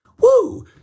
Woo